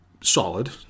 Solid